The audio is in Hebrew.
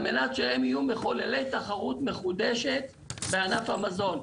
על מנת שהם יהיו מחוללי תחרות מחודשת בענף המזון.